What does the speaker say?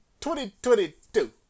2022